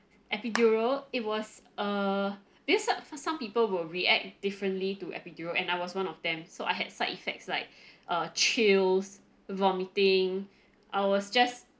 epidural it was err this for some people will react differently to epidural and I was one of them so I had side effects like uh chills vomiting I was just